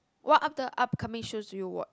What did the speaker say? what other upcoming shows do you watch